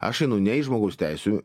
aš einu nei į žmogaus teisių